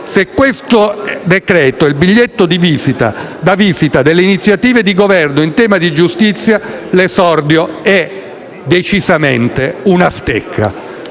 se questo decreto è il biglietto da visita delle iniziative di Governo in tema di giustizia, l'esordio è decisamente una stecca.